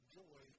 joy